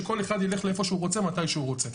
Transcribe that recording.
ושכל אחד יילך לאיפה שהוא רוצה מתי שהוא רוצה.